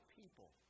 people